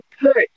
put